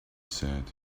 said